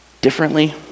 differently